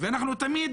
ואנחנו תמיד